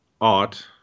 art